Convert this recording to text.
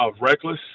reckless